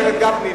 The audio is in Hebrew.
חבר הכנסת גפני,